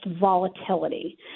volatility